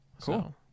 cool